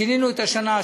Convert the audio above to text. שינינו את השנה,